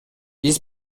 биз